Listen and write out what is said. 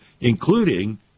including